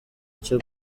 cyo